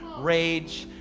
rage,